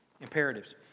Imperatives